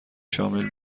شامل